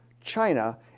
China